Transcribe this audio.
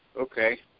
Okay